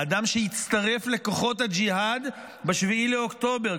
אדם שהצטרף לכוחות הג'יהאד ב-7 באוקטובר,